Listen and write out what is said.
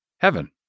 heaven